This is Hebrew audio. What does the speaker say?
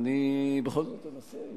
אני בכל זאת אנסה,